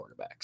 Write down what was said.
quarterbacks